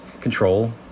control